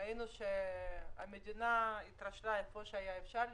ראינו שהמדינה התרשלה איפה שהיה אפשר להתרשל,